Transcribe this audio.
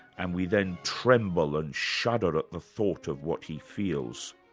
and we then tremble and shudder at the thought of what he feels.